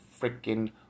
freaking